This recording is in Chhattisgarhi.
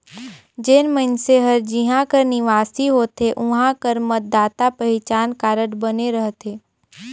जेन मइनसे हर जिहां कर निवासी होथे उहां कर मतदाता पहिचान कारड बने रहथे